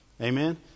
Amen